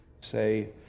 say